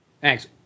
Thanks